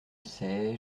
sais